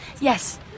Yes